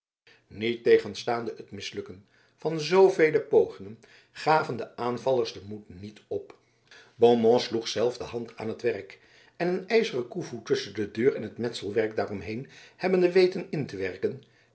niettegenstaande het mislukken van zoovele pogingen gaven de aanvallers den moed niet op beaumont sloeg zelf de hand aan het werk en een ijzeren koevoet tusschen de deur en het metselwerk daaromheen hebbende weten in te werken